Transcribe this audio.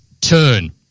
turn